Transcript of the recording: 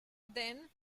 then